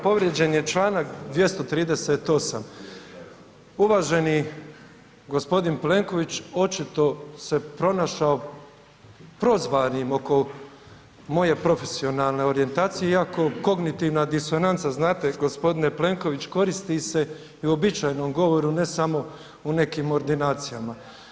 Povrijeđen je čl. 238., uvaženi gospodin Plenković očito se pronašao prozvanim oko moje profesionalne orijentacije iako kognitivna disonanca, znate gospodine Plenković koristi se i u uobičajenom govoru ne samo u nekim ordinacijama.